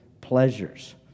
pleasures